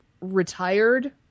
retired